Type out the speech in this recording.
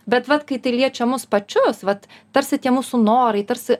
bet vat kai tai liečia mus pačius vat tarsi tie mūsų norai tarsi